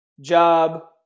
job